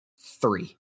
three